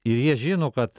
ir jie žino kad